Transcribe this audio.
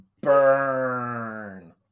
Burn